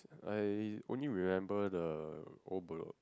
I only remember the old Bedok